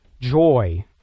joy